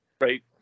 Right